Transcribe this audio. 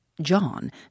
John